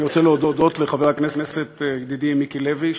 אני רוצה להודות לחבר הכנסת ידידי מיקי לוי,